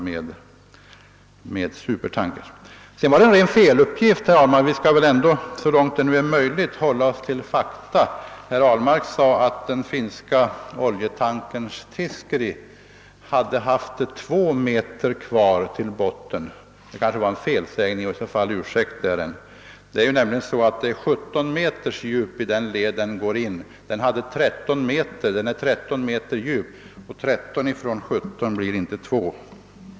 Sedan lämnade herr Ahlmark en feluppgift, och vi skall väl ändå så långt det är möjligt hålla oss till fakta. Herr Ahlmark sade att den finska oljetankern Tiiskeri hade haft två meter kvar till botten. Det kanske var en felsägning, och i så fall ursäktar jag den. Det är nämligen så, att farleden är 17 meter djup. Fartyget är 13 meter djupt, och 13 från 17 blir inte 2.